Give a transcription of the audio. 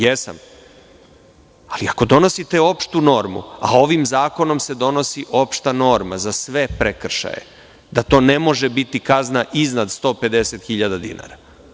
Jesam, ali, ako donosite opštu normu, a ovim zakonom se donosi opšta norma za sve prekršaje, da to ne može biti kazna iznad 150 hiljada dinara.